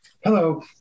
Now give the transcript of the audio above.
Hello